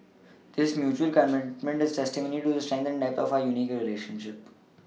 this mutual commitment is testimony to the strength and depth of our unique relationship